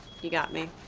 you got me.